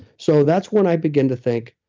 so, that's when i began to think,